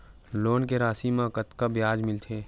Loan के राशि मा कतका ब्याज मिलथे?